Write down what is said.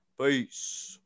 Peace